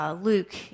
Luke